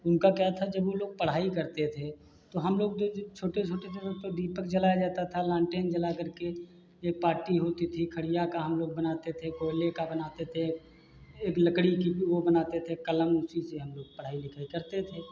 उनका क्या था जब वो लोग पढ़ाई करते थे तो हम लोग छोटे छोटे थे तो दीपक जलाया जाता था लालटेन जला कर के ये पाटी होती थी खड़िया का हम लोग बनाते थे कोयले का बनाते थे एक लकड़ी की वो बनाते थे कलम उसी से हम लोग पढ़ाई लिखाई करते थे